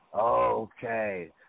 okay